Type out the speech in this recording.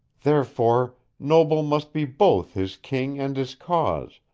therefore, noble must be both his king and his cause,